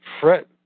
Fret